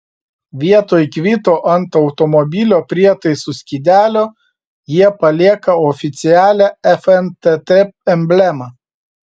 vietoj kvito ant automobilio prietaisų skydelio jie palieka oficialią fntt emblemą